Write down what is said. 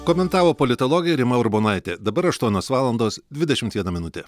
komentavo politologė rima urbonaitė dabar aštuonios valandos dvidešimt viena minutė